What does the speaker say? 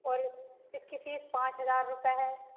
और इस इसकी फीस पाँच हजार रुपए है